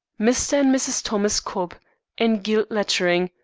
mr. and mrs. thomas cobb in gilt lettering,